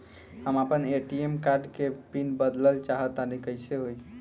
हम आपन ATM card के पीन बदलल चाहऽ तनि कइसे होई?